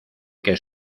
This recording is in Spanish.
que